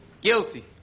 guilty